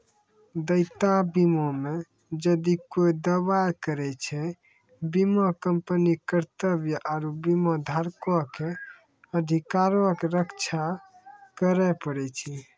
देयता बीमा मे जदि कोय दावा करै छै, बीमा कंपनी के कर्तव्य आरु बीमाधारको के अधिकारो के रक्षा करै पड़ै छै